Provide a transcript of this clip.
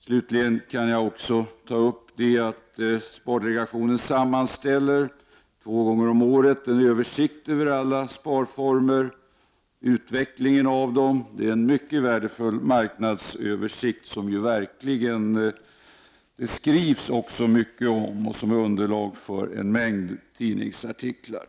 Slutligen kan jag också ta upp det faktum att spardelegationen varje år sammanställer en översikt över utvecklingen av alla sparformer. Det är en mycket värdefull marknadsöversikt, som det också skrivs mycket om och som även utgör underlag för en mängd tidningsartiklar.